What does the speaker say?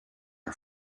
are